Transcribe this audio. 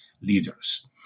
leaders